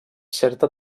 certa